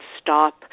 stop